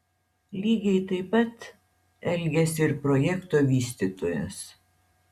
lygiai taip pat elgėsi ir projekto vystytojas